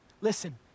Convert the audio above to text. listen